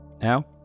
Now